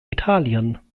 italien